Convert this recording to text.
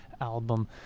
album